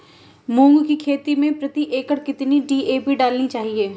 मूंग की खेती में प्रति एकड़ कितनी डी.ए.पी डालनी चाहिए?